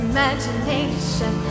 Imagination